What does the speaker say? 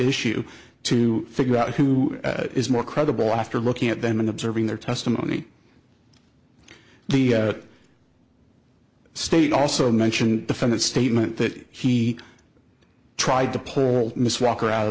issue to figure out who is more credible after looking at them and observing their testimony the state also mentioned defendant statement that he tried to pull miss walker out